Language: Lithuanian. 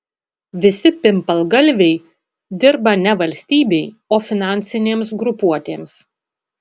visi pimpalgalviai dirba ne valstybei o finansinėms grupuotėms